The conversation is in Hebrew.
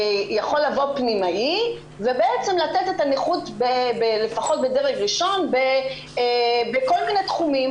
יכול לבוא פנימאי ובעצם לתת את הנכות לפחות בדרג ראשון בכל מיני תחומים,